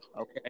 okay